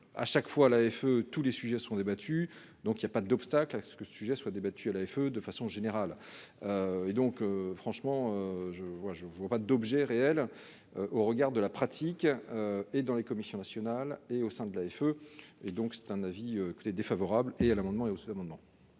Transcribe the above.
à chaque fois l'AFE tous les sujets seront débattus, donc il n'y a pas d'obstacle à ce que ce sujet soit débattu à l'AFE, de façon générale et donc franchement je vois, je vois pas d'objets réels au regard de la pratique et dans les commissions nationales et au sein de l'AFE et donc c'est un avis qui était défavorable et à l'amendement et jusqu'à maintenant.